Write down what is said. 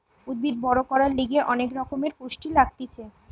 উদ্ভিদ বড় করার লিগে অনেক রকমের পুষ্টি লাগতিছে